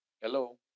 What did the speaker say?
Hello